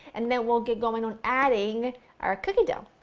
and then we'll get going on adding our cookie dough!